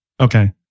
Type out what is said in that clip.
Okay